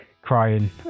crying